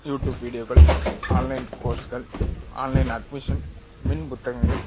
YouTube வீடியோக்கள் online கோர்ஸ்கள் online admission மின் புத்தகங்கள்